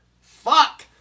Fuck